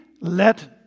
let